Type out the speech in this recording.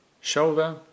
shoulder